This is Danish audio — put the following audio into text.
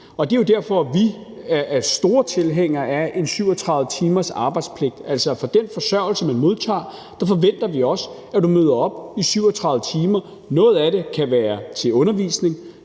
Og det er jo derfor, at vi er store tilhængere af en 37-timersarbejdspligt; altså, for den forsørgelse, du modtager, forventer vi også, at du møder op i 37 timer. Noget af det kan være til undervisning,